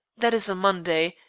that is a monday,